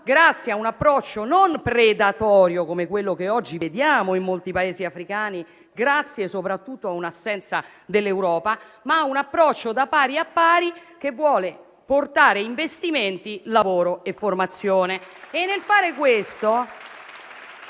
grazie a un approccio non predatorio, come quello che oggi vediamo in molti Paesi africani a causa soprattutto dell'assenza dell'Europa, ma da pari a pari che vuole portare investimenti, lavoro e formazione.